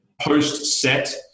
Post-set